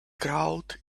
crowd